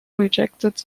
rejected